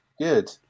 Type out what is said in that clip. Good